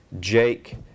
Jake